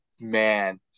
man